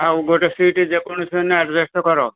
ଆଉ ଗୋଟେ ସିଟ୍ ଯେକୌଣସିମତେ ଆଡଜଷ୍ଟ କର